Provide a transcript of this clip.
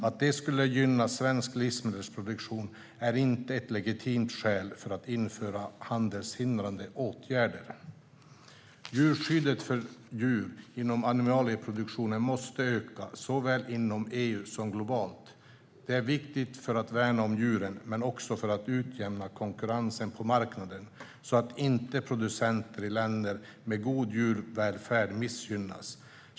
Att det skulle gynna svensk livsmedelsproduktion är inte ett legitimt skäl för att införa handelshindrande åtgärder. Djurskyddet för djur inom animalieproduktionen måste öka, såväl inom EU som globalt. Detta är viktigt för att värna om djuren men också för att utjämna konkurrensen på marknaden så att inte producenter i länder med god djurvälfärd missgynnas.